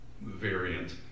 variant